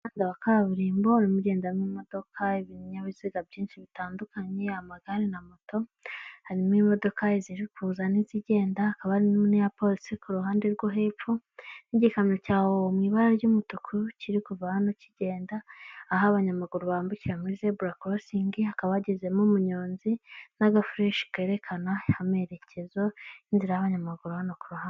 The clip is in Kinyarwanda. Umuhanda wa kaburimbo urimo ugendamo imodoka ibinyabiziga byinshi bitandukanye, amagare na moto, harimo imodoka ziri kuza n'izigenda, hakaba harimo n'iya polisi ku ruhande rwo hepfo, n'igikamyo cya hoho mu ibara ry'umutuku kiri kuva hano kigenda, aho abanyamaguru bambukira muri zebura korosingi, hakaba hagezemo umunyonzi n'agafureshi kerekana amerekezo n'inzira y'abanyamaguru hano ku ruhande.